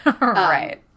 Right